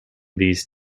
these